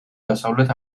დასავლეთ